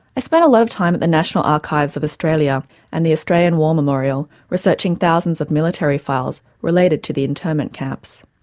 i spent a lot of time at the national archives of australia and the australian war memorial, researching thousands of military files related to the internment camps.